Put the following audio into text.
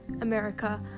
America